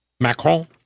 Macron